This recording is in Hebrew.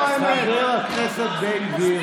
חבר הכנסת בן גביר.